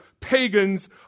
pagans